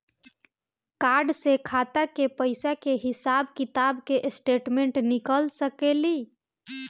Card से खाता के पइसा के हिसाब किताब के स्टेटमेंट निकल सकेलऽ?